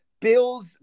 Bills